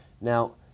Now